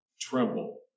tremble